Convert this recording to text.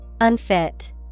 Unfit